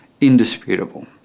indisputable